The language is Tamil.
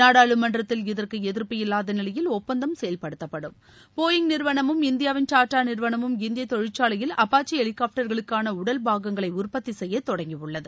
நாடாளுமன்றத்தில் இதற்கு எதிர்ப்பு இல்லாத நிலையில் ஒப்பந்தம் செயல்படுத்தப்படும் போயிங் நிறுவனமும் இந்தியாவின் டாடா நிறுவனமும் இந்திய தொழிற்சாலையில் அப்பாச்சி ஹெலிகாப்டர்களுக்கான உடல் பாகங்களை உற்பத்தி செய்ய தொடங்கிஉள்ளது